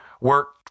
work